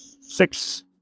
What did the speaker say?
six